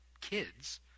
kids